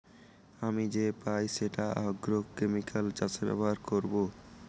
আমি যে পাই সেটা আগ্রোকেমিকাল চাষে ব্যবহার করবো